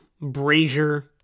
Brazier